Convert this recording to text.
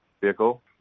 vehicle